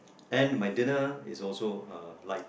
and my dinner is also uh light